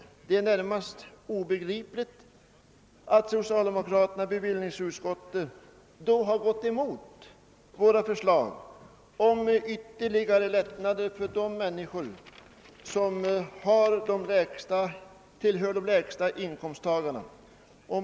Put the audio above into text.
Det är med hänsyn härtill närmast obegripligt att socialdemokraterna i bevillningsutskottet har gått emot våra förslag om ytterligare lättnader för de lägsta inkomsttagarna.